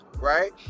right